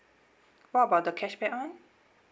what about the cashback [one]